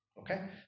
Okay